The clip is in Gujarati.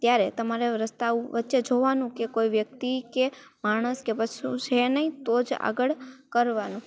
ત્યારે તમારે રસ્તાઓ વચ્ચે જોવાનું કે કોઈ વ્યક્તિ કે માણસ કે પશુ છે નહીં તો જ આગળ કરવાનું